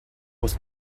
was